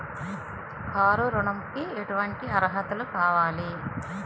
Car ఋణంకి ఎటువంటి అర్హతలు కావాలి?